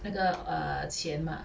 那个 err 钱 mah